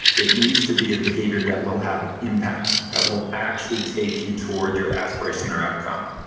it needs to be a behavior that will have impact, that will actually take you toward your aspiration or outcome.